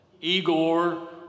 Igor